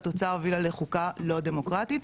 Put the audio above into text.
והתוצאה הובילה לחוקה לא דמוקרטית.